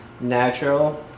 natural